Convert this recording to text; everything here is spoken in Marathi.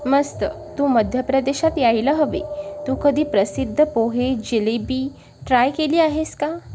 मस्त तू मध्यप्रदेशात यायला हवे तू कधी प्रसिद्ध पोहे जलेबी ट्राय केली आहेस का